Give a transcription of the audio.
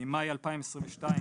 ממאי 2022,